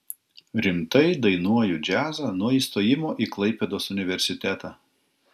rimtai dainuoju džiazą nuo įstojimo į klaipėdos universitetą